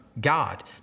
God